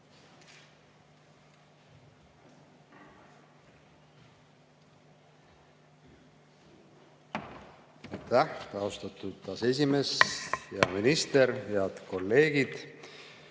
austatud aseesimees! Hea minister! Head kolleegid!